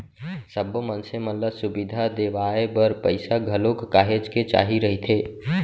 सब्बो मनसे मन ल सुबिधा देवाय बर पइसा घलोक काहेच के चाही रहिथे